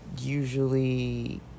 usually